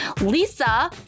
Lisa